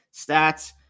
stats